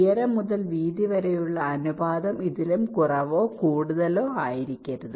ഉയരം മുതൽ വീതി വരെയുള്ള അനുപാതം ഇതിലും കൂടുതലോ കുറവോ ആയിരിക്കരുത്